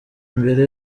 mbere